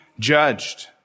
judged